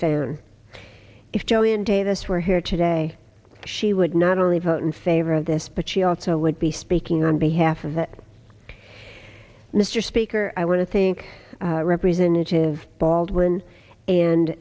davis were here today she would not only vote in favor of this but she also would be speaking on behalf of that mr speaker i want to think representative baldwin and